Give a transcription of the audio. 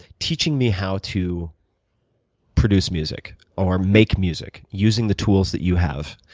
teaching me how to produce music or make music using the tools that you have,